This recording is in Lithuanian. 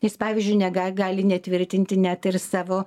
jis pavyzdžiui nega gali netvirtinti net ir savo